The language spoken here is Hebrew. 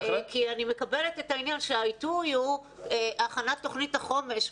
אני מקבלת את העניין שהעיתוי הוא הכנת תכנית החומש.